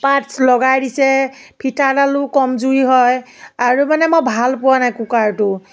parts লগাই দিছে ফিটাডালো কমজুৰি হয় আৰু মানে মই ভাল পোৱা নাই কুকাৰটো